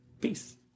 Peace